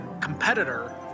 competitor